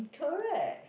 correct